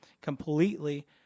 completely